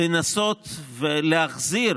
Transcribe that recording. לנסות להחזיר